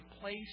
place